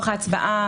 לתובע.